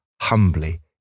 humbly